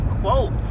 quote